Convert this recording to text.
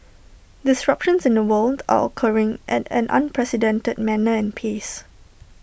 disruptions in the world are occurring at an unprecedented manner and pace